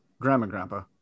grandma-grandpa